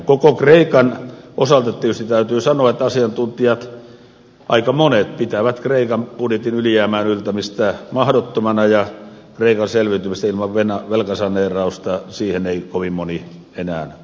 koko kreikan osalta tietysti täytyy sanoa että asiantuntijat aika monet pitävät kreikan budjetin ylijäämään yltämistä mahdottomana ja kreikan selviytymiseen ilman velkasaneerausta ei kovin moni enää usko